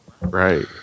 Right